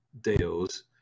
deals